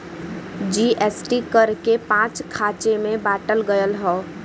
GST कर के पाँच खाँचे मे बाँटल गएल हौ